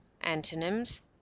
Antonyms